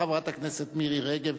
חברת הכנסת מירי רגב,